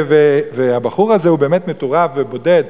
הבחור הזה הוא באמת מטורף ובודד.